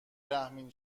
رحمین